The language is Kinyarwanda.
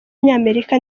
w’umunyamerika